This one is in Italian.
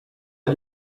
gli